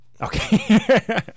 Okay